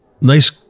nice